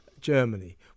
Germany